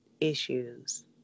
issues